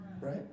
right